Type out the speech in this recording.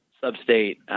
sub-state